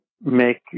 make